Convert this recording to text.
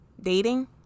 Dating